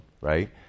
right